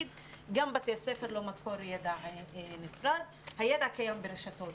גם בתי ספר לא מקור ידע נפרד הידע קיים ברשתות,